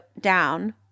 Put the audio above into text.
down